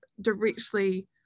directly